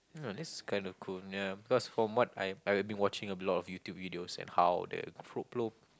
oh this is kind of cool ya because from what I I had been watching a lot of YouTube videos at how the